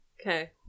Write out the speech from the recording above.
Okay